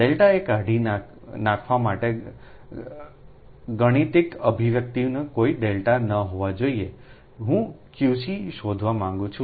ડેલ્ટાએ કાઢી નાંખવા માટે ગાણિતિક અભિવ્યક્તિમાં કોઈ ડેલ્ટા ન હોવા જોઈએ હું QC શોધવા માંગુ છું